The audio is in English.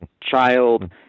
child